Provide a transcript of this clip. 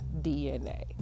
DNA